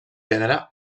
gènere